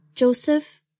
Joseph